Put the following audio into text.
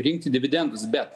rinkti dividendus bet